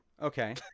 Okay